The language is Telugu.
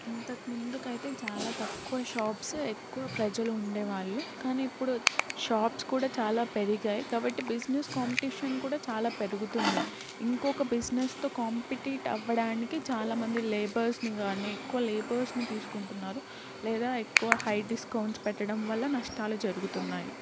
ఇంతకు ముందుకైతే చాలా తక్కువ షాప్స్ ఎక్కువ ప్రజలు ఉండేవాళ్ళు కానీ ఇప్పుడు షాప్స్ కూడా చాలా పెరిగాయి కాబట్టి బిజినెస్ కాంపిటీషన్ కూడా చాలా పెరుగుతుంది ఇంకొక బిజినెస్తో కాంపీట్ అవ్వడానికి చాలామంది లేబర్స్ని గాని ఎక్కువ లేబర్స్ని తీసుకుంటున్నారు లేదా ఎక్కువ హై డిస్కౌంట్స్ పెట్టడం వల్ల నష్టాలు జరుగుతున్నాయి